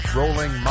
rolling